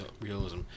realism